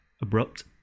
abrupt